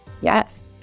Yes